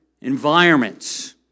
environments